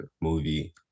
movie